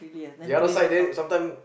the other side there some time